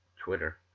Twitter